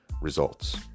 results